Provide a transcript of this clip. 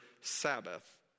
Sabbath